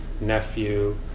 nephew